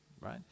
right